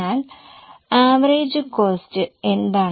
എന്നാൽ average cost എന്താണ്